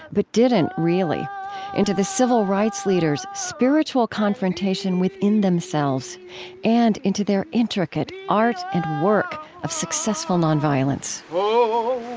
but didn't really into the civil rights leaders' spiritual confrontation within themselves and into their intricate art and work of successful nonviolence